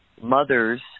mothers